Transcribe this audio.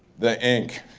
the ink.